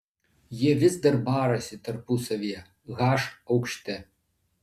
jie vis dar barasi tarpusavyje h aukšte